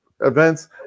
events